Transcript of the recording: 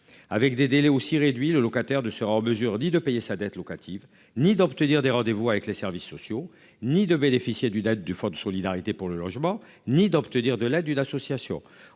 avec des délais aussi réduit le locataire de sera en mesure dit de payer sa dette locative ni d'obtenir des rendez-vous avec les services sociaux, ni de bénéficier d'une aide du Fonds de solidarité pour le logement ni d'obtenir de l'aide d'une association.